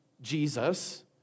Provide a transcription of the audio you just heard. Jesus